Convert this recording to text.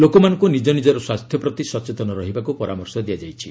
ଲୋକମାନଙ୍କୁ ନିଜ ନିଜର ସ୍ୱାସ୍ଥ୍ୟ ପ୍ରତି ସଚେତନ ହେବାକୁ ପରାମର୍ଶ ଦିଆଯାଇଛି